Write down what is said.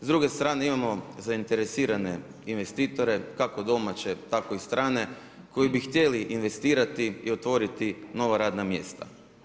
S druge strane imamo zainteresirane investitore kako domaće, tako i strane koji bi htjeli investirati i otvoriti nova radna mjesta.